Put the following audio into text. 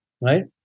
right